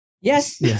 Yes